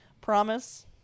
promise